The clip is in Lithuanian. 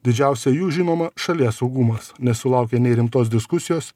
didžiausia jų žinoma šalies saugumas nesulaukia nei rimtos diskusijos